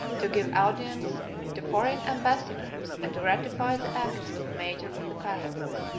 to give audience to foreign ambassadors, and to ratify the acts of the mayor of the palace.